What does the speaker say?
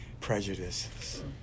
prejudices